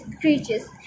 creatures